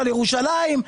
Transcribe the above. על ירושלים,